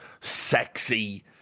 sexy